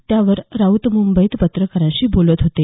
त्यावर राऊत मुंबईत पत्रकारांशी बोलत होते